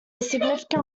significant